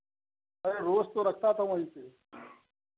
अरे रोज़ तो रखता था वहीं पर